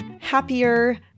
happier